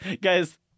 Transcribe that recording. Guys